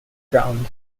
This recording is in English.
ground